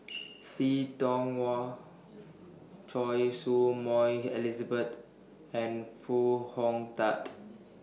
See Tiong Wah Choy Su Moi Elizabeth and Foo Hong Tatt